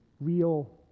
real